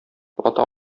ата